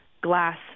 glass